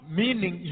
meaning